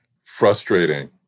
frustrating